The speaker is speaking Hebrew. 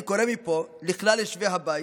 אני קורא מפה לכלל יושבי הבית,